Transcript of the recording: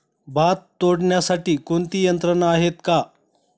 भात तोडण्यासाठी कोणती यंत्रणा आहेत का?